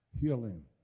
healing